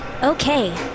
Okay